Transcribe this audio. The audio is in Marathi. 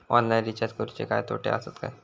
ऑनलाइन रिचार्ज करुचे काय तोटे आसत काय?